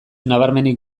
nabarmenik